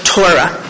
Torah